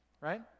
right